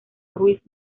ruiz